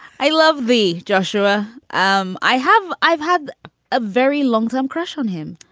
i love the joshua um i have i've had a very longtime crush on him.